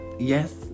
yes